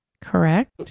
correct